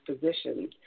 positions